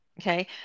okay